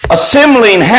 Assembling